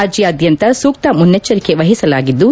ರಾಜ್ಞಾದ್ಗಂತ ಸೂಕ್ತ ಮುನ್ನೆಚ್ಚರಿಕೆ ವಹಿಸಲಾಗಿದ್ದು